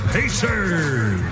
Pacers